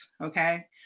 Okay